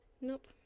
Nope